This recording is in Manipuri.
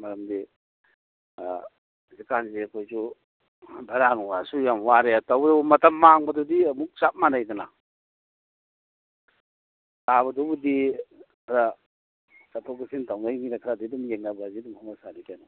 ꯃꯔꯝꯗꯤ ꯍꯧꯖꯤꯛꯀꯥꯟꯁꯦ ꯑꯩꯈꯣꯏꯁꯨ ꯚꯔꯥ ꯅꯨꯡꯂꯥꯁꯨ ꯌꯥꯝ ꯋꯥꯔꯦ ꯇꯧꯕꯇꯕꯨ ꯃꯇꯝ ꯃꯥꯡꯕꯗꯨꯗꯤ ꯑꯗꯨꯝ ꯆꯞ ꯃꯥꯟꯅꯩꯗꯅ ꯇꯥꯕꯗꯨꯕꯗꯤ ꯈꯔ ꯆꯠꯊꯣꯛ ꯆꯠꯁꯤꯟ ꯇꯧꯅꯩꯅꯤꯅ ꯈꯔꯗꯤ ꯑꯗꯨꯝ ꯌꯦꯡꯅꯕꯁꯤꯗꯤ ꯑꯗꯨꯝ ꯍꯧꯅꯁꯥꯅꯤ ꯀꯩꯅꯣ